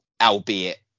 albeit